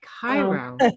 Cairo